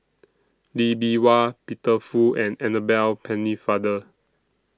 Lee Bee Wah Peter Fu and Annabel Pennefather